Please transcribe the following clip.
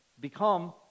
Become